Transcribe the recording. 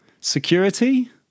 Security